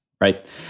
Right